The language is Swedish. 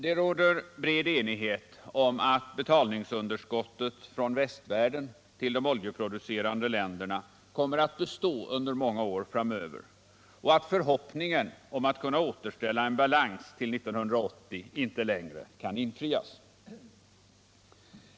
Det råder bred enighet om att betalningsunderskottet från västvärlden till de oljeproducerande länderna kommer att bestå under många år framöver och att förhoppningen om att kunna återställa en balans till 1980 inte längre kan infrias.